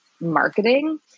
marketing